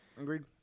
Agreed